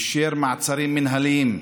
אישר מעצרים מינהליים,